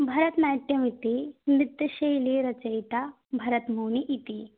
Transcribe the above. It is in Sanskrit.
भरतनाट्यमिति नृत्यशैली रचयिता भरतमुनिः इति